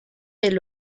del